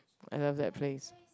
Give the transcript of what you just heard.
I love that face